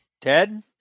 Ted